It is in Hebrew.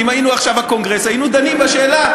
אם היינו עכשיו הקונגרס היינו דנים בשאלה.